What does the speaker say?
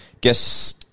guess